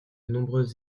nombreuses